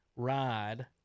Ride